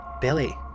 Billy